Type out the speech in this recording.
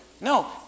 No